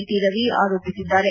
T Ravi ಆರೋಪ ಮಾಡಿದ್ದಾರೆ